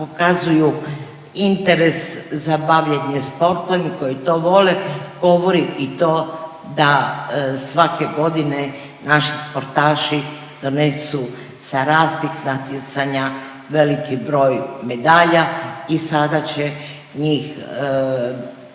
pokazuju interes za bavljenje sportom i koji to vole, govori i to da svake godine naši sportaši donesu sa raznih natjecanja veliki broj medalja i sada će njih